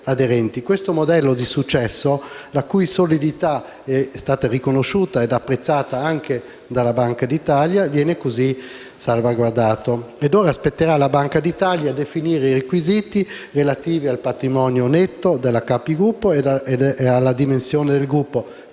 Questo modello di successo, la cui solidità è stata riconosciuta ed apprezzata anche dalla Banca d'Italia, viene così salvaguardato. Ora spetterà alla Banca d'Italia definire i requisiti relativi al patrimonio netto della capogruppo ed alla dimensione del gruppo,